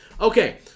Okay